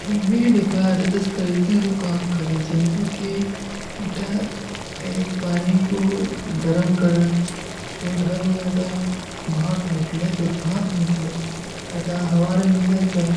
ଯୂମୀଡିଫାଯର ଇସ ତରୀକେରୋ କାମ କରେ ଜୈଂତୋ କି ଇତା ଏକ ପାନୀ କୋ ଗରମ କରଣ ଜୋ ଥାରୋ ଯେଟା ଭାପ ନିକଲେ, ଜୋ ଭାପ ନିକଲେ ଯେଟା ହଵାରେ ମିଲତ ଜାଏ